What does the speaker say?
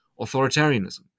authoritarianism